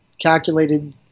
calculated